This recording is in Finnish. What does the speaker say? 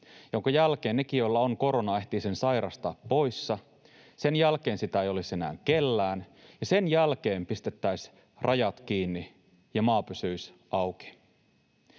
jonka jälkeen nekin, joilla on korona, ehtivät sen sairastaa pois. Sen jälkeen sitä ei olisi enää kellään, ja sen jälkeen pistettäisiin rajat kiinni ja maa pysyisi auki.